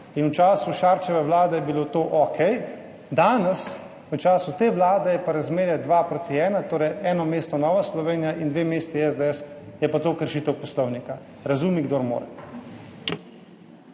V času Šarčeve vlade je bilo to okej, danes, v času te vlade, ko je razmerje 2 : 1, torej eno mesto Nova Slovenija in dve mesti SDS, je pa to kršitev poslovnika. Razumi, kdor more.